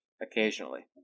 occasionally